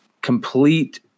complete